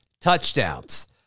touchdowns